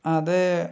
അതെ